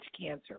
cancer